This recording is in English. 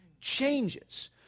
changes